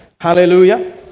Hallelujah